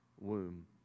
womb